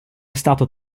stato